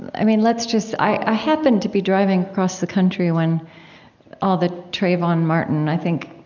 i mean, let's just i happened to be driving across the country when all the trayvon martin, i think,